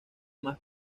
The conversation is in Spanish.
más